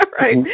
Right